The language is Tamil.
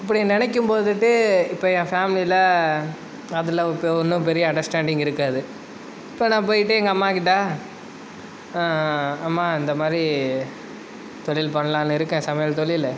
அப்படி நினைக்கும் போதுட்டு இப்போ என் ஃபேமிலியில் அதெல்லாம் ஒன்றும் பெரிய அண்டர்ஸ்டாண்டிங் இருக்காது இப்போ நான் போய்விட்டு எங்கள் அம்மா கிட்டே அம்மா இந்த மாதிரி தொழில் பண்ணலாம்னு இருக்கேன் சமையல் தொழில்